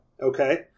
Okay